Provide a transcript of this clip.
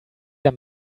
der